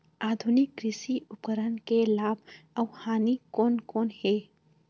आधुनिक कृषि उपकरण के लाभ अऊ हानि कोन कोन हे?